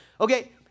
Okay